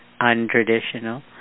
untraditional